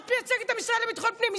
אבל מה את מייצגת את המשרד לביטחון פנים?